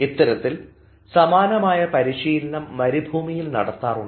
ഇത്തരത്തിൽ സമാനമായ പരിശീലനം മരുഭൂമികളിൽ നടത്താറുണ്ട്